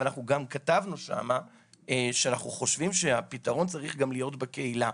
אבל אנחנו גם כתבנו שם שאנחנו חושבים שהפתרון צריך גם להיות בקהילה.